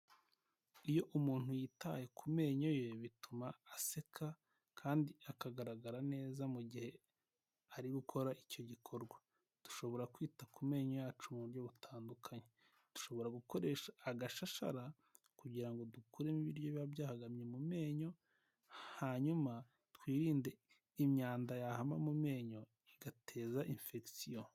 Iyo umuntu yitaye ku menyo ye bituma aseka kandi akagaragara neza mu gihe ari gukora icyo gikorwa. Dushobora kwita ku menyo yacu mu buryo butandukanye. Dushobora gukoresha agashashara kugira ngo dukuremo ibiryo biba byahagamye mu menyo, hanyuma twirinde imyanda yahama mu menyo igateza infection.